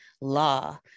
Law